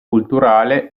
culturale